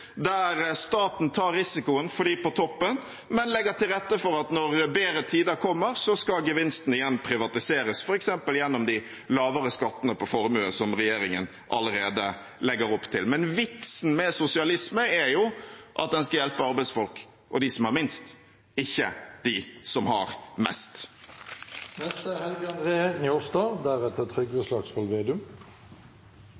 der staten tar risikoen for dem på toppen, men legger til rette for at når bedre tider kommer, skal gevinsten igjen privatiseres, f.eks. gjennom lavere skatter på formue som regjeringen allerede legger opp til. Men vitsen med sosialisme er jo at en skal hjelpe arbeidsfolk og dem som har minst, ikke de som har mest. Reiselivsnæringa er